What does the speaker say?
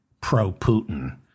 pro-Putin